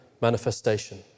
manifestation